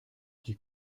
die